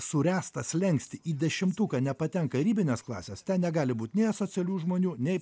suręstą slenkstį į dešimtuką nepatenka ribinės klasės ten negali būt nei asocialių žmonių nei